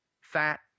fat